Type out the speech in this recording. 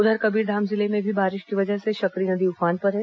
उधर कबीरधाम जिले में भी बारिश की वजह से शकरी नदी उफान पर है